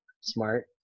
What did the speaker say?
smart